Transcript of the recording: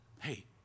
hey